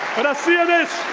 but say ah this,